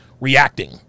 reacting